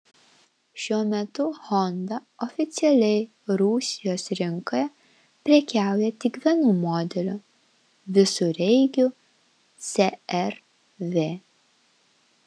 šiuo metu honda oficialiai rusijos rinkoje prekiauja tik vienu modeliu visureigiu cr v